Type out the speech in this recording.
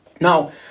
Now